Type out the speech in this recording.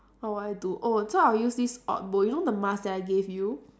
what would I do oh so I'll use this odd bowl you know the mask that I gave you